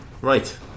right